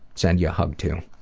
send you a hug, too.